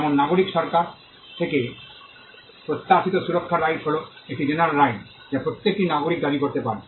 যেমন নাগরিক সরকার থেকে প্রত্যাশিত সুরক্ষার রাইট হল একটি জেনারেল রাইট যা প্রতিটি নাগরিক দাবি করতে পারে